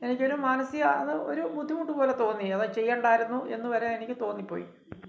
എനിക്കത് മാനസിക അത് ഒരു ബുദ്ധിമുട്ട് പോലെ തോന്നി അത് ചെയ്യണ്ടായിരുന്നു എന്നുവരെ എനിക്ക് തോന്നിപ്പോയി